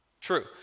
True